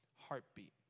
heartbeat